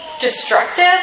destructive